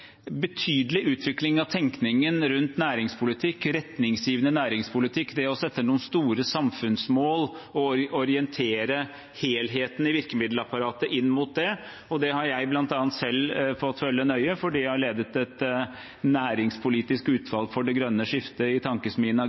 betydelig utvikling av tenkningen rundt næringspolitikk, retningsgivende næringspolitikk, det å sette noen store samfunnsmål og orientere helheten i virkemiddelapparatet inn mot det. Det har jeg bl.a. selv fått følge nøye fordi jeg har ledet et næringspolitisk utvalg for det grønne skiftet i tankesmien